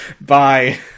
Bye